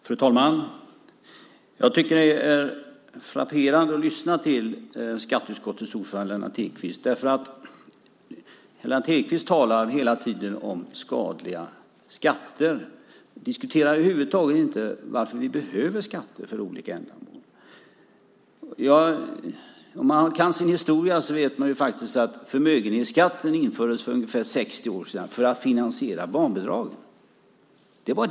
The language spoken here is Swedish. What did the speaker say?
Fru talman! Jag tycker att det är frapperande att lyssna till skatteutskottets ordförande Lennart Hedquist. Han talar hela tiden om skadliga skatter. Han diskuterar över huvud taget inte varför vi behöver skatter för olika ändamål. Om man kan sin historia så vet man att förmögenhetsskatten infördes för ungefär 60 år sedan för att finansiera barnbidraget.